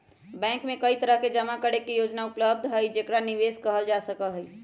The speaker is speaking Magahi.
बैंक में कई तरह के जमा करे के योजना उपलब्ध हई जेकरा निवेश कइल जा सका हई